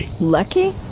Lucky